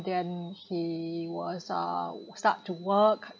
then he was uh start to work